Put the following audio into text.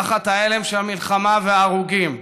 תחת ההלם של המלחמה וההרוגים,